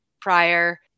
prior